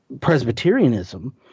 Presbyterianism